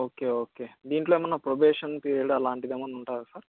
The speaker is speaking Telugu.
ఓకే ఓకే దీంట్లో ఏమైనా ప్రొబేషన్ పీరియడ్ అలాంటిదేమైనా ఉంటుందా సార్